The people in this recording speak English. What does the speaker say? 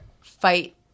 fight